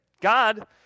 God